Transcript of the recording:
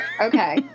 Okay